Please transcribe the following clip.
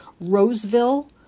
Roseville